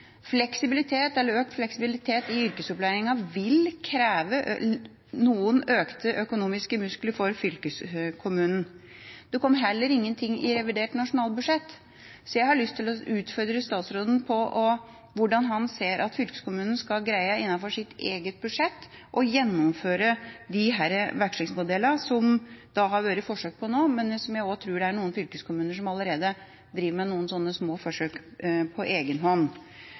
Økt fleksibilitet i yrkesopplæringa vil kreve noen økte økonomiske muskler for fylkeskommunene. Det kom heller ingenting i revidert nasjonalbudsjett, så jeg har lyst til å utfordre statsråden på hvordan han ser at fylkeskommunene skal greie innenfor sitt eget budsjett å gjennomføre disse vekslingsmodellene som det har vært forsøk med nå, men som jeg tror det er noen fylkeskommuner som allerede driver med – noen små forsøk – på